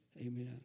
Amen